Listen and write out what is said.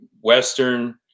Western